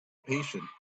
patient